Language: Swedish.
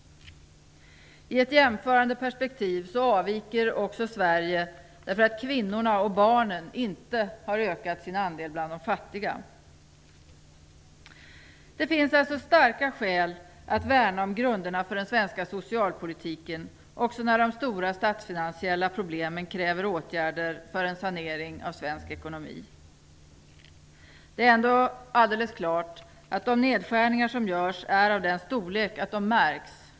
I ett jämförande perspektiv avviker Sverige också därför att kvinnorna och barnen inte har ökat sin andel bland de fattiga. Det finns således starka skäl att värna om grunderna för den svenska socialpolitiken, även när de stora statsfinansiella problemen kräver åtgärder för en sanering av svensk ekonomi. Det är dock helt klart att de nedskärningar som görs är av en sådan storlek att de märks.